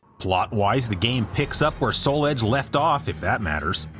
plot-wise, the game picks up where soul edge left off, if that matters,